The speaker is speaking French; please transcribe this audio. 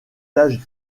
taches